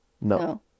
No